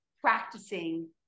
practicing